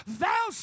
thou